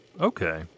okay